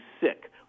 sick